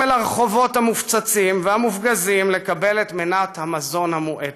אל הרחובות המופצצים והמופגזים לקבל את מנת המזון המעטות.